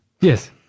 Yes